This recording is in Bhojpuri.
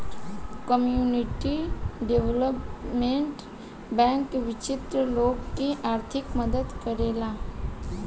कम्युनिटी डेवलपमेंट बैंक वंचित लोग के आर्थिक मदद करेला